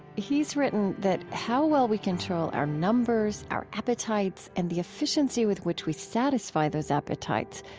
he's written that how well we control our numbers, our appetites, and the efficiency with which we satisfy those appetites,